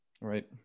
right